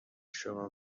شما